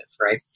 right